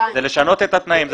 זה לשנות את התנאים,